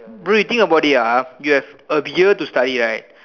bro you think about it ah you have a year to study right